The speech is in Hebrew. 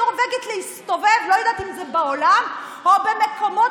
שתחזור מהנורבגי שלה ותחליף את החברה שלה שירלי פינטו,